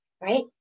right